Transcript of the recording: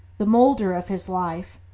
the moulder of his life,